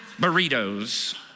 burritos